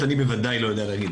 אני רוצה להזכיר לך,